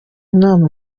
inama